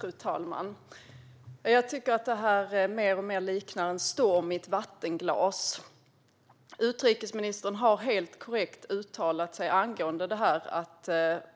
Fru talman! Jag tycker att detta mer och mer liknar en storm i ett vattenglas. Utrikesministern har helt korrekt uttalat att